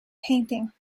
painting